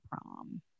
prom